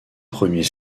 premiers